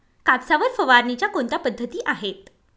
कापसावर फवारणीच्या कोणत्या पद्धती आहेत?